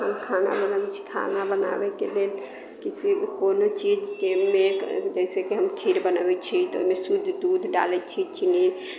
हम खाना बनाबैत छी खाना बनाबैके लेल किसी कोनो चीजके मेक जइसे कि हम खीर बनाबैत छी तऽ ओहिमे शुद्ध दूध डालैत छी चीनी